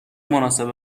مناسب